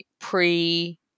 Pre